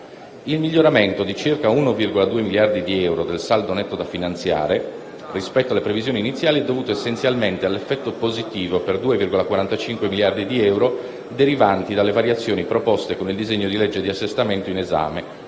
Il miglioramento di circa 1,2 miliardi di euro del saldo netto da finanziare rispetto alle previsioni iniziali è dovuto essenzialmente all'effetto positivo, per 2,45 miliardi di euro, derivante dalle variazioni proposte con il disegno di legge di assestamento in esame,